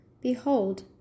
Behold